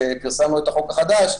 שפרסמנו את החוק החדש,